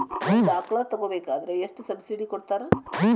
ಒಂದು ಆಕಳ ತಗೋಬೇಕಾದ್ರೆ ಎಷ್ಟು ಸಬ್ಸಿಡಿ ಕೊಡ್ತಾರ್?